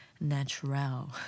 natural